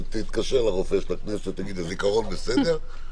תתקשר לרופא של הכנסת, תגיד: הזיכרון בסדר.